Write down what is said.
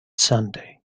sunday